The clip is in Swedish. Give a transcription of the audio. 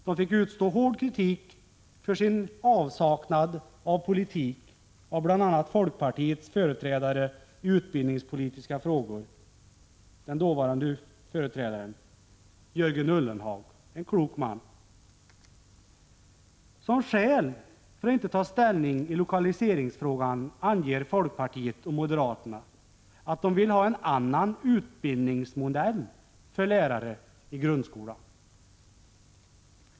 De fick då för sin avsaknad av politik utstå hård kritik av bl.a. folkpartiets dåvarande företrädare i utbildningspolitiska frågor, Jörgen Ullenhag, en klok man. Som skäl för att inte ta ställning i lokaliseringsfrågan anger folkpartiet och moderaterna att de vill ha en annan utbildningsmodell för lärare i grundskolan.